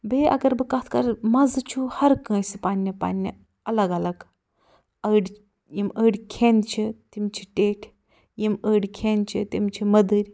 بیٚیہِ اگر بہٕ کَتھ کَرٕ مَزٕ چھُ ہر کٲنٛسہِ پنٕنہِ پنٕنہِ الگ الگ ٲڑۍ یِم ٲڑۍ کھٮ۪ن چھِ تِم چھِ ٹیٚٚٹھۍ یِم ٲڑۍ کھٮ۪ن چھِ تِم چھِ مٔدٕرۍ